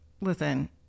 Listen